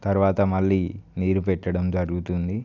తర్వాత మళ్లీ నీరు పెట్టడం జరుగుతుంది